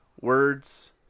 words